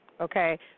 okay